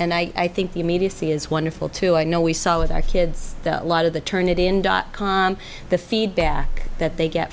and i think the immediacy is wonderful too i know we saw with our kids a lot of the turnitin dot com the feedback that they get